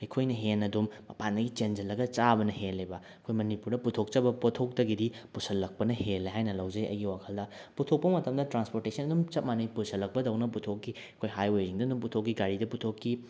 ꯑꯩꯈꯣꯏꯅ ꯍꯦꯟꯅꯗꯨꯝ ꯃꯄꯥꯟꯗꯒꯤ ꯆꯦꯟꯁꯤꯜꯂꯒ ꯆꯥꯕꯅ ꯍꯦꯜꯂꯦꯕ ꯑꯩꯈꯣꯏ ꯃꯅꯤꯄꯨꯔꯗ ꯄꯨꯊꯣꯛꯆꯕ ꯄꯣꯠꯊꯣꯛꯇꯒꯤꯗꯤ ꯄꯨꯁꯤꯜꯂꯛꯄꯅ ꯍꯦꯜꯂꯦ ꯍꯥꯏꯅ ꯂꯧꯖꯩ ꯑꯩꯒꯤ ꯋꯥꯈꯜꯗ ꯄꯨꯊꯣꯛꯄ ꯃꯇꯝꯗ ꯇ꯭ꯔꯥꯟꯁꯄꯣꯔꯠꯇꯦꯁꯟ ꯑꯗꯨꯝ ꯆꯞ ꯃꯥꯟꯅꯩ ꯄꯨꯁꯤꯜꯂꯛꯄꯇꯧꯅ ꯄꯨꯊꯣꯛꯈꯤ ꯑꯩꯈꯣꯏ ꯍꯥꯏꯋꯦꯁꯤꯡꯗ ꯑꯗꯨꯝ ꯄꯨꯊꯣꯛꯈꯤ ꯒꯥꯔꯤꯗ ꯄꯨꯊꯣꯛꯈꯤ